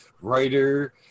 writer